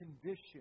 condition